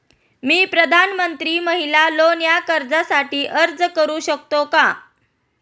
मी प्रधानमंत्री महिला लोन या कर्जासाठी अर्ज करू शकतो का?